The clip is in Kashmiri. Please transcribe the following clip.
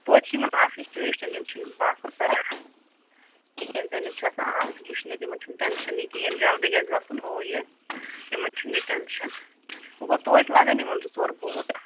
توتہِ چھِ یِمَن اَکھ ہِش ٹوٗرِسٹَن یِم چھِنہٕ بافُر کَران کِہیٖنۍ تِنہٕ یِم چھِ آسان آمٕتۍ وُچھنہِ یِمَن چھُنہٕ ٹٮ۪نشَن یہِ کِہیٖنۍ جلدی گَژھِ گَژھُن ہُہ یہِ یِمَن چھُنہٕ یہِ ٹٮ۪نٛشَن وٕ گوٚو توتہِ لَگَن یِمَن زٕ ژور بوٹ